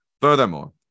Furthermore